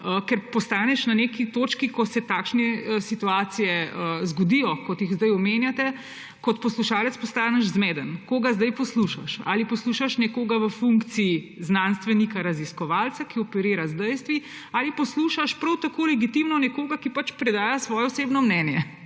Ker postaneš na neki točki, ko se takšne situacije zgodijo, kot jih zdaj omenjate, kot poslušalec postaneš zmeden, koga zdaj poslušaš; ali poslušaš nekoga v funkciji znanstvenika raziskovalca, ki operira z dejstvi, ali poslušaš prav tako legitimno nekoga, ki pač predaja svoje osebno mnenje,